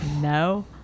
No